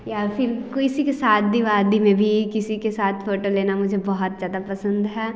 या फिर किसी की शादी वादी में भी किसी के साथ फोटो लेना मुझे बहुत ज़्यादा पसंद है